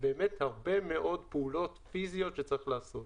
באמת הרבה מאוד פעולות פיזיות שצריך לעשות.